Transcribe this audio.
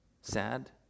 Sad